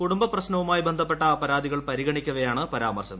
കുടുംബ പ്രശ്നവുമായി ബന്ധപ്പെട്ട പരാതികൾ പരിഗണിക്കവേയാണ് പരാമർശം